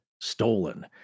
stolen